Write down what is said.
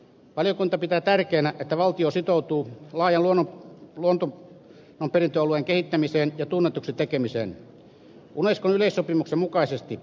valiokunta pitää tärkeänä että valtio sitoutuu laajan luonnonperintöalueen kehittämiseen ja tunnetuksi tekemiseen unescon yleissopimuksen mukaisesti